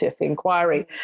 inquiry